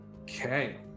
Okay